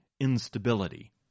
Instability